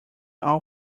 all